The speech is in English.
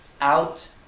out